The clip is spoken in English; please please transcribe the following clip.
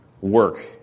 work